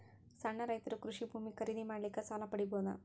ಸಣ್ಣ ರೈತರು ಕೃಷಿ ಭೂಮಿ ಖರೀದಿ ಮಾಡ್ಲಿಕ್ಕ ಸಾಲ ಪಡಿಬೋದ?